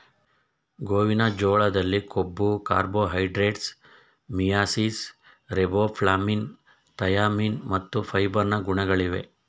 ಗೋವಿನ ಜೋಳದಲ್ಲಿ ಕೊಬ್ಬು, ಕಾರ್ಬೋಹೈಡ್ರೇಟ್ಸ್, ಮಿಯಾಸಿಸ್, ರಿಬೋಫ್ಲಾವಿನ್, ಥಯಾಮಿನ್ ಮತ್ತು ಫೈಬರ್ ನ ಗುಣಗಳಿವೆ